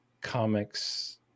comics